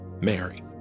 Mary